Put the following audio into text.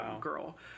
girl